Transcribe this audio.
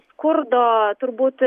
skurdo turbūt